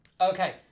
Okay